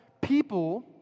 people